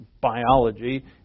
biology